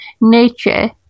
nature